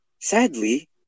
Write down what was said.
Sadly